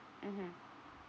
mmhmm